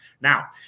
Now